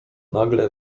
nagle